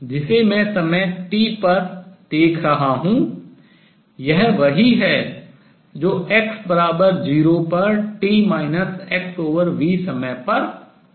जिसे मैं समय t पर देख रहा हूँ यह वही है जो x 0 पर t xv समय पर था